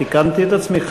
תיקנתי את עצמי.